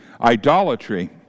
idolatry